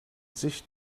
sich